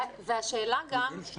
והשאלה גם,